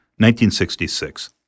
1966